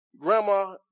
Grandma